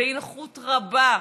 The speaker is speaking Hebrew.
באי-נוחות רבה,